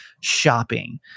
shopping